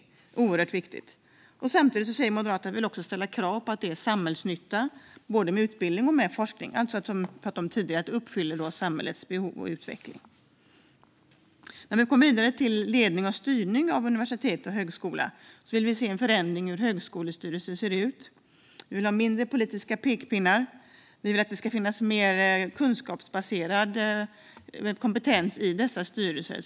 Det är oerhört viktigt. Samtidigt vill vi i Moderaterna ställa krav på samhällsnytta både i utbildning och i forskning, alltså att det - som vi har pratat om tidigare - ska matcha samhällets behov och utveckling. När det gäller ledning och styrning av universitet och högskola vill vi se en förändring av hur högskolestyrelser ser ut. Vi vill ha färre politiska pekpinnar, och vi vill att det ska finnas mer kunskapsbaserad kompetens i dessa styrelser.